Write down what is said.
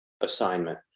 assignment